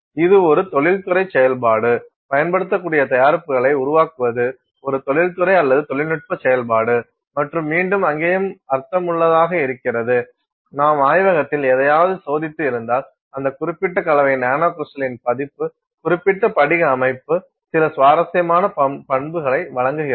இது ஒரு தொழில்துறை செயல்பாடு பயன்படுத்தக்கூடிய தயாரிப்புகளை உருவாக்குவது ஒரு தொழில்துறை அல்லது தொழில்நுட்ப செயல்பாடு மற்றும் மீண்டும் அங்கேயும் அர்த்தமுள்ளதாக இருக்கிறது நாம் ஆய்வகத்தில் எதையாவது சோதித்து இருந்தாள் அந்த குறிப்பிட்ட கலவையின் நானோகிரிஸ்டலின் பதிப்பு குறிப்பிட்ட படிக அமைப்பு சில சுவாரஸ்யமான பண்புகளை வழங்குகிறது